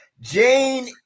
Jane